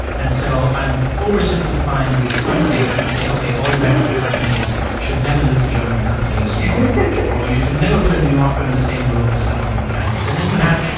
and so i'm oversimplifying these findings and say, ok, all american companies should never look to german companies to form a merger. or you should never put a new yorker in the same room as someone from kansas. and then you have,